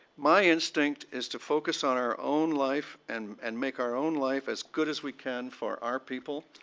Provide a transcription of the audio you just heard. my instinct is to focus on our own life and and make our own life as good as we can for our people.